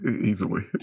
Easily